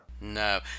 No